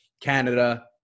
Canada